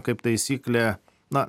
kaip taisyklė na